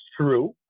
true